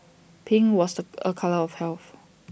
pink was A colour of health